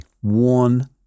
one